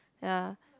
ya